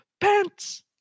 pants